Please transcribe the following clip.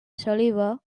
saliva